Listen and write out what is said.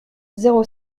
zéro